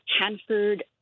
Hanford